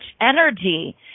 energy